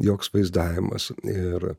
joks vaizdavimas ir